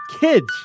Kids